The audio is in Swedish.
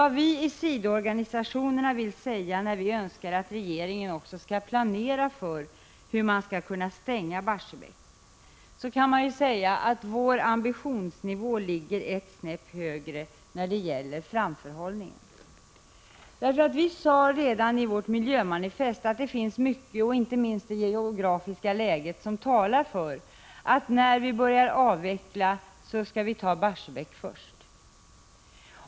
Vad vi i sidoorganisationerna vill säga när vi önskar att regeringen också skall planera för hur man skall kunna stänga Barsebäck är, kan man säga, att vår ambitionsnivå ligger ett snäpp högre när det gäller framförhållning. Vi sade redan i vårt miljömanifest att det finns mycket, inte minst det geografiska läget, som talar för att när vi börjar avveckla skall vi ta Barsebäck först.